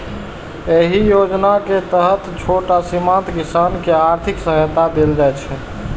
एहि योजना के तहत छोट आ सीमांत किसान कें आर्थिक सहायता देल जाइ छै